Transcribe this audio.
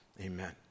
amen